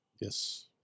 Yes